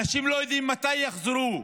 אנשים לא יודעים מתי יחזרו.